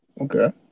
Okay